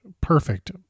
perfect